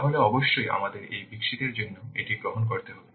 তাহলে অবশ্যই আমাদের এটি বিকশিতের জন্য এটি গ্রহণ করতে হবে